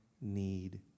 need